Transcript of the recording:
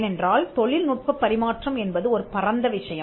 ஏனென்றால் தொழில்நுட்பப் பரிமாற்றம் என்பது ஒரு பரந்த விஷயம்